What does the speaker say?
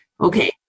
Okay